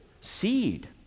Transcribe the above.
seed